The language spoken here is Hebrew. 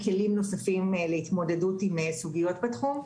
כלים נוספים להתמודדות עם סוגיות בתחום.